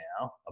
now